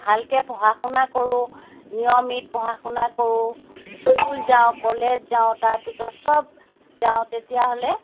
ভালকৈ পঢ়া শুনা কৰো নিয়মিত পঢ়া শুনা কৰো স্কুল যাওঁ কলেজ যাওঁ তাৰপিছত চব যাওঁ তেতিয়াহ'লে